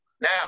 Now